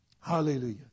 Hallelujah